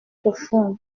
profonde